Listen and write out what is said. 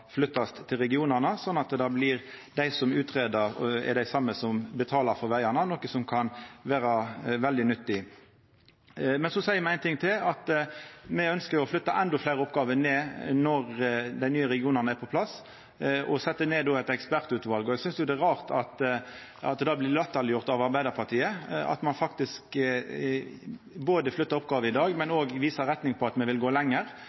flyttast til regionane, sånn at dei som greier ut, er dei same som betaler for vegane, noko som kan vera veldig nyttig. Men me seier éin ting til. Me ønskjer å flytta endå fleire oppgåver ned når dei nye regionane er på plass, og set då ned eit ekspertutval. Eg synest det er rart at det blir latterleggjort av Arbeidarpartiet at ein både flyttar oppgåver i dag og viser retning på at me vil gå lenger,